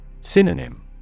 Synonym